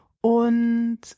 Und